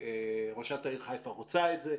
וראשת העיר חיפה רוצה את זה,